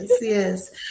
yes